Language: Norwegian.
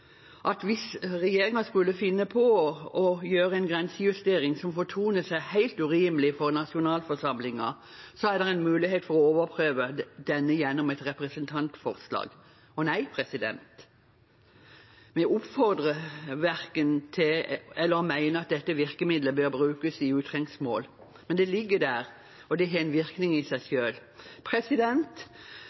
at hvis den skulle finne på å gjøre en grensejustering som fortoner seg helt urimelig for nasjonalforsamlingen, er det en mulighet for å overprøve denne gjennom et representantforslag. Og nei, vi oppfordrer verken til det eller mener at dette virkemiddelet bør brukes i utrengsmål, men det ligger der, og det har en virkning i seg